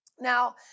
Now